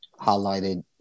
highlighted